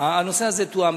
הנושא הזה תואם.